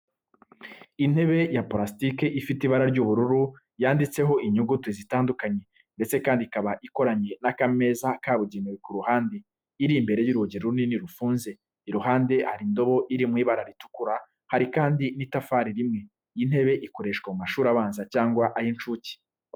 Intebe ya purasitike ifite ibara ry'ubururu yanditseho inyuguti zitandukanye, ndetse kandi ikaba ikoranye n’akameza kabugenewe ku ruhande. Iri imbere y’urugi runini rufunze, iruhande hari indobo iri mu ibara ritukura hari kandi n’itafari rimwe. Iyi ntebe ikoreshwa mu mashuri abanza cyangwa ay'incuke.